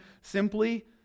simply